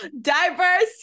diverse